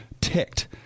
Ticked